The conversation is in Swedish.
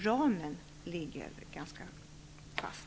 Ramen ligger ganska fast.